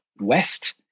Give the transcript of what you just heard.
West